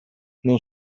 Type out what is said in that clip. non